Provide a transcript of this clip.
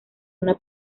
una